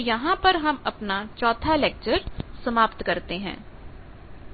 तो यहां पर हम अपना चौथा लेक्चर समाप्त करते हैं